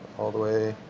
all the way.